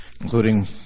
including